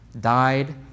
died